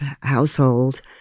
household